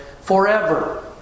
forever